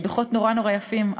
יש דוחות נורא נורא יפים,